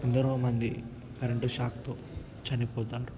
ఎందరో మంది కరెంటు షాక్తో చనిపోతారు